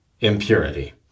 impurity